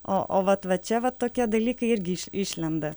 o o vat va čia va tokie dalykai irgi iš išlenda